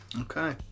Okay